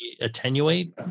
attenuate